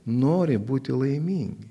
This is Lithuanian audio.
nori būti laimingi